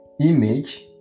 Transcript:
image